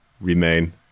remain